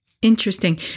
Interesting